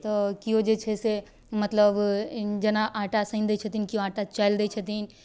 तऽ केओ जे छै से मतलब जेना आटा सानि दै छथिन केओ आटा चालि दै छथिन